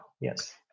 yes